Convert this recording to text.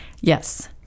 Yes